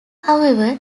however